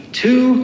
two